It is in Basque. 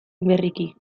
berriki